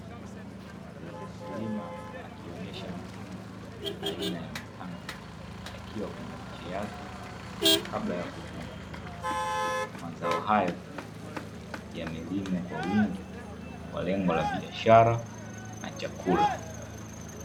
Mkulima akionyesha matunda aina ya matango yakiwa kwenye miche yake kabla ya kuvunwa ,mazao hayo yamelimwa kwa wingi kwa lengo la biashara na chakula.